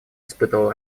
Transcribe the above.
испытывал